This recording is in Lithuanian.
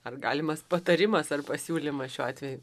ar galimas patarimas ar pasiūlymas šiuo atveju